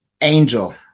angel